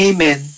Amen